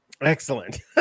Excellent